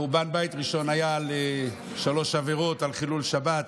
חורבן בית ראשון היה על שלוש עבירות: על חילול שבת,